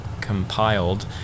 compiled